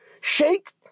shake